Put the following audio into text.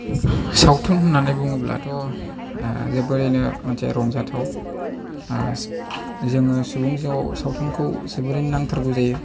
सावथुन होननानै बुङोब्लाथ' जोबोरैनो मोनसे रंजाथाव जोङो सुबुं सावथुनखौ जोबोरैनो नांथारगौ जायो